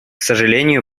сожалению